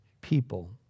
people